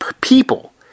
people